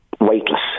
weightless